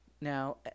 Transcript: Now